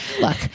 look